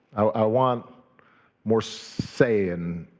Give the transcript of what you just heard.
i want more say in